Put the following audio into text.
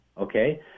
okay